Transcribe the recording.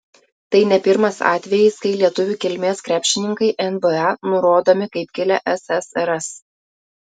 tai ne pirmas atvejis kai lietuvių kilmės krepšininkai nba nurodomi kaip kilę ssrs